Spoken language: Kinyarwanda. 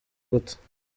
gute